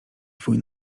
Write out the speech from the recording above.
swój